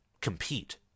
compete